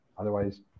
Otherwise